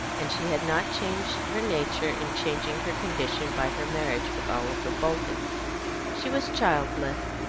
and she had not changed her nature in changing her condition by her marriage with oliver bolton she was childless,